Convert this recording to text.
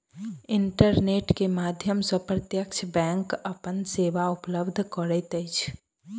internet के माध्यम सॅ प्रत्यक्ष बैंक अपन सेवा उपलब्ध करैत अछि